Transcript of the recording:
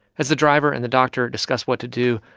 as the driver and the doctor discussed what to do,